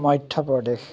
Madhya Pradesh